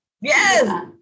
yes